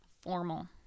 formal